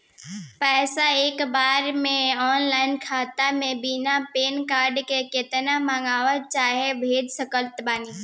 पैसा एक बार मे आना खाता मे बिना पैन कार्ड के केतना मँगवा चाहे भेज सकत बानी?